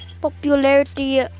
popularity